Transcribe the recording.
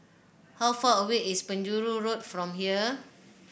how far away is Penjuru Road from here